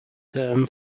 term